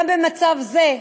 גם במצב זה,